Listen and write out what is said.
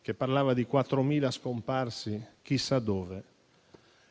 che parlava di 4.000 scomparsi chissà dove.